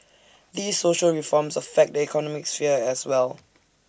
these social reforms affect the economic sphere as well